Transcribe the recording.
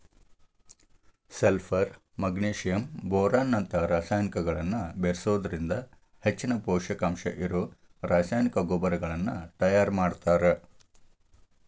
sulphur magnesium boron ನಂತ ರಸಾಯನಿಕಗಳನ್ನ ಬೇರಿಸೋದ್ರಿಂದ ಹೆಚ್ಚಿನ ಪೂಷಕಾಂಶ ಇರೋ ರಾಸಾಯನಿಕ ಗೊಬ್ಬರಗಳನ್ನ ತಯಾರ್ ಮಾಡ್ತಾರ